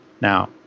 Now